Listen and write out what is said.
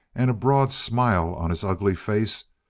and a broad smile on his ugly face,